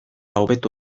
hobeto